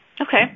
Okay